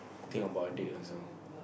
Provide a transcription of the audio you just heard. think about it also